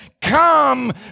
Come